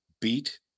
beat